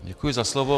Děkuji za slovo.